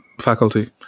faculty